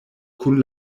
kun